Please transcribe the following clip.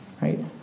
right